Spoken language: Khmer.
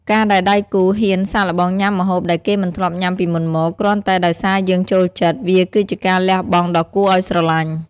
ការដែលដៃគូហ៊ានសាកល្បងញ៉ាំម្ហូបដែលគេមិនធ្លាប់ញ៉ាំពីមុនមក គ្រាន់តែដោយសារយើងចូលចិត្ត វាគឺជាការលះបង់ដ៏គួរឱ្យស្រឡាញ់។